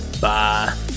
Bye